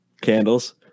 Candles